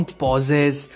pauses